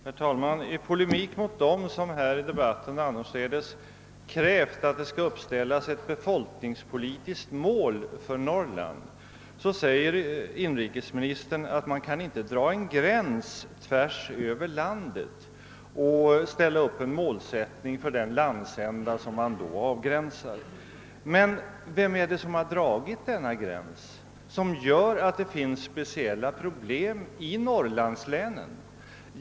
Herr talman! I polemik mot dem som här i debatten och i andra sammanhang krävt att det skall uppställas ett befolkningspolitiskt mål säger inrikesministern, att man inte kan dra en gräns tvärs över landet och ställa upp ett mål för den landsända som därmed avgränsas. Men vem har dragit denna gräns, som medför speciella problem i norrlandslänen?